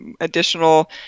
additional